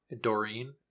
Doreen